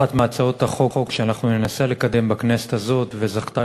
אחת מהצעות החוק שאנחנו ננסה לקדם בכנסת הזאת וזכתה